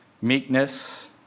meekness